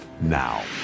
now